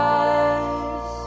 eyes